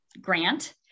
grant